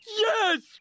Yes